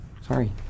sorry